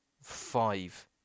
five